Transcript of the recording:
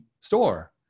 store